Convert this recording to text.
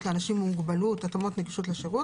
לאנשים עם מוגבלות (התאמות נגישות לשירות),